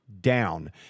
down